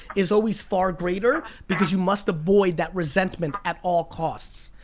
is always far greater because you must avoid that resentment at all costs.